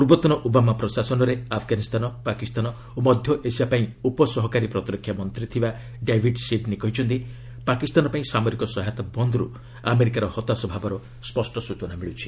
ପୂର୍ବତନ ଓବାମା ପ୍ରଶାସନରେ ଆଫଗାନିସ୍ତାନ ପାକିସ୍ତାନ ଓ ମଧ୍ୟ ଏସିଆପାଇଁ ଉପସହକାରୀ ପ୍ରତିରକ୍ଷା ମନ୍ତ୍ରୀ ଥିବା ଡାଭିଡ଼୍ ସିଡ୍ନୀ କହିଛନ୍ତି ପାକିସ୍ତାନ ପାଇଁ ସାମରିକ ସହାୟତା ବନ୍ଦ୍ରୁ ଆମେରିକାର ହତାଶ ଭାବର ସ୍ୱଷ୍ଟ ସୂଚନା ମିଳୁଛି